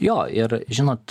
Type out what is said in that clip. jo ir žinot